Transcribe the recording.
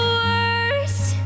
worst